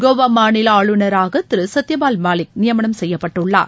கோவா மாநில ஆளுநராக திரு சத்தியபால் மாலிக் நியமனம் செய்யப்பட்டுள்ளார்